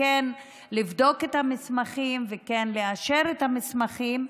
וכן כדי לבדוק את המסמכים וכן לאשר את המסמכים,